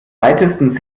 weitesten